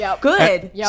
Good